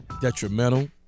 detrimental